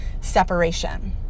separation